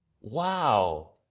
Wow